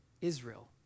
Israel